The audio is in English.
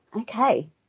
okay